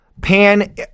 Pan